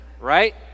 right